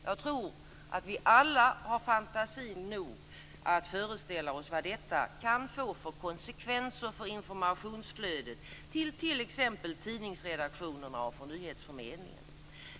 Jag tror att vi alla har fantasi nog att föreställa oss vad detta kan få för konsekvenser för informationsflödet till t.ex. tidningsredaktionerna och för nyhetsförmedlingen.